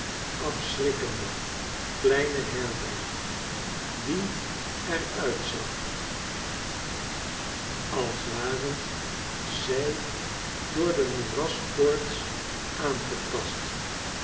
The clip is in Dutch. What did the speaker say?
afschrikkende kleine herberg die er uitzag als ware zij door de moeraskoorts aangetast